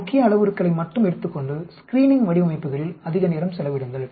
முக்கிய அளவுருக்களை மட்டும் எடுத்துக் கொண்டு ஸ்கிரீனிங் வடிவமைப்புகளில் அதிக நேரம் செலவிடுங்கள்